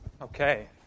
Okay